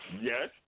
yes